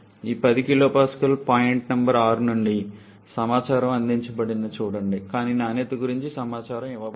ఈ 10 kPa point number 6 గురించి సమాచారం అందించబడిందని చూడండి కానీ నాణ్యత గురించి సమాచారం ఇవ్వబడలేదు